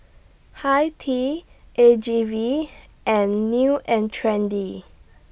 Hi Tea A G V and New and Trendy